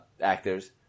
actors